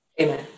Amen